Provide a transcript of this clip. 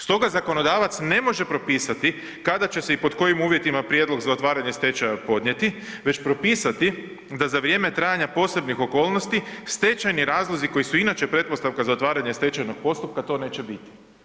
Stoga zakonodavac ne može propisati kada će se i pod kojim uvjetima prijedlog za otvaranje stečaja podnijet, već propisati da za vrijeme trajanja posebnih okolnosti stečajni razlozi koji su inače pretpostavka za otvaranje stečajnog postupka to neće biti.